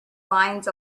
lines